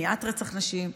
מניעת רצח נשים,